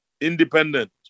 independent